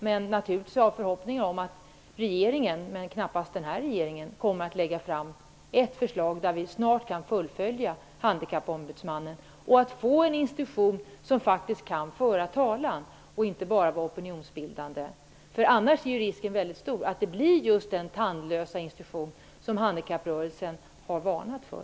Jag har naturligtvis en förhoppning om att regeringen -- men knappast denna -- kommer att lägga fram ett förslag som innebär att Handikappombudsmannen blir en institution som faktiskt kan föra process och inte bara är opinionsbildande. Annars är risken stor att det blir en tandlös institution, som handikapprörelsen har varnat för.